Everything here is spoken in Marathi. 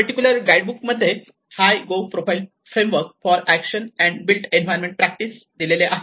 पर्टिक्युलर गाईड बुक मध्ये Hyogo framework for action and build environment practice दिलेले आहे